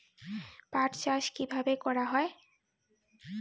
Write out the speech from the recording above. পাট চাষ কীভাবে করা হয়?